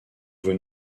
vous